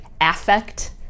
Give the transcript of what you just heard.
affect